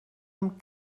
amb